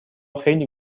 خیلی